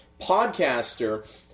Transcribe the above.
podcaster